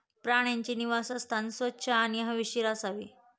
प्राण्यांचे निवासस्थान स्वच्छ आणि हवेशीर असावे